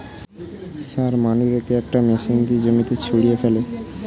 সার মানুরেকে একটা মেশিন দিয়ে জমিতে ছড়িয়ে ফেলে